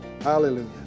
Hallelujah